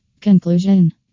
Conclusion